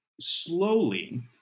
slowly